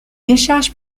décharges